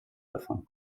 davon